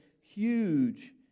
huge